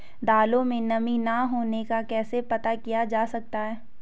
दालों में नमी न होने का कैसे पता किया जा सकता है?